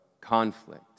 conflict